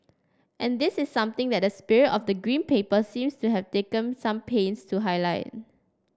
and this is something that the spirit of the Green Paper seems to have taken some pains to highlight